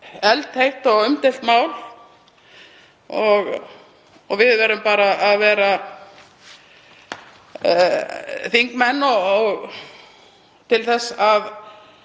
eldheitt og umdeilt mál og við verðum bara að vera þingmenn til þess að